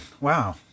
Wow